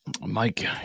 Mike